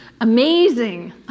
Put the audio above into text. Amazing